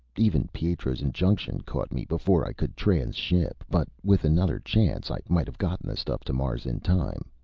even. pietro's injunction caught me before i could transship, but with another chance, i might have gotten the stuff to mars in time.